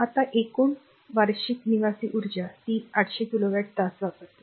आता एकूण r वार्षिक r निवासी ऊर्जा ती 800 किलोवॅट तास वापरते